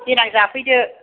देनां जाफैदो